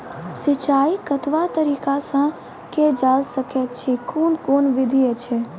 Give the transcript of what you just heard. सिंचाई कतवा तरीका सअ के जेल सकैत छी, कून कून विधि ऐछि?